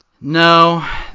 No